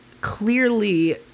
clearly